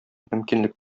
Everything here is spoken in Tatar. мөмкинлек